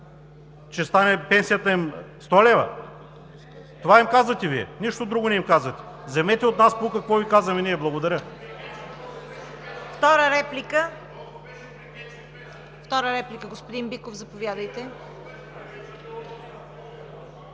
Ще стане пенсията им 100 лв. Това им казвате Вие! Нищо друго не им казвате. Вземете от нас поука, какво Ви казваме ние! Благодаря.